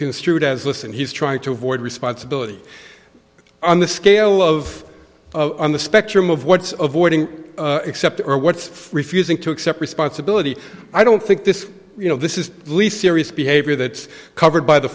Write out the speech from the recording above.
construed as listen he's trying to avoid responsibility on the scale of on the spectrum of what's of voiding except or what's refusing to accept responsibility i don't think this you know this is least serious behavior that's covered by the